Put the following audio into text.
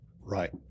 Right